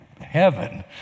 heaven